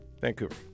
vancouver